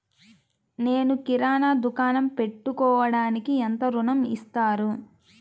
నేను కిరాణా దుకాణం పెట్టుకోడానికి ఎంత ఋణం ఇస్తారు?